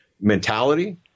mentality